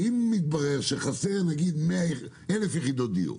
אם מתברר שחסרות למשל 1,000 יחידות דיור,